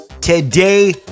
Today